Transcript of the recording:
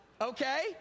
okay